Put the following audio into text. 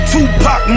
Tupac